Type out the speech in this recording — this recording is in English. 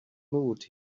mood